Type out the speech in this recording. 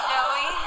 Joey